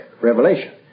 Revelation